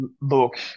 Look